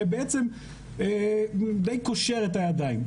ובעצם הוא דיי קושר את הידיים.